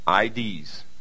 IDs